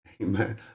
Amen